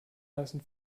lassen